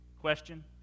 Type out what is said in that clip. question